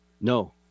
No